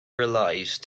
realise